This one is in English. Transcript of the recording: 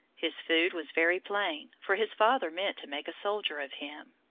his food was very plain, for his father meant to make a soldier of him.